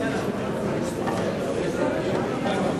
3 נתקבלו.